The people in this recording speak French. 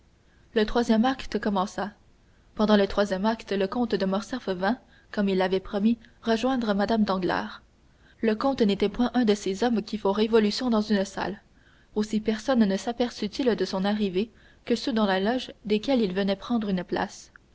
le troisième acte commença pendant le troisième acte le comte de morcerf vint comme il l'avait promis rejoindre mme danglars le comte n'était point un de ces hommes qui font révolution dans une salle aussi personne ne saperçut il de son arrivée que ceux dans la loge desquels il venait prendre une place